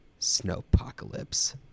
Snowpocalypse